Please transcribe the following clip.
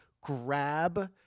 grab